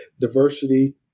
diversity